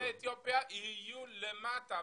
יוצאי אתיופיה יהיו למטה,